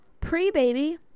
Pre-Baby